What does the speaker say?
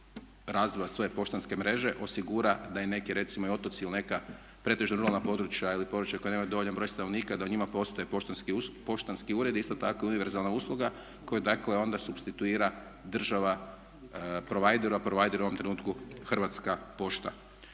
razvoja svoje poštanske mreže osigura da neki recimo i otoci ili neka pretežno ruralna područja ili područja koja nemaju dovoljan broj stanovnika da u njima postoje poštanski uredi i isto tako univerzalna usluga koju dakle onda supstituira država provider, a provider u ovom trenutku je Hrvatska pošta.